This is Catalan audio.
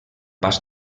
pas